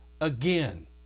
again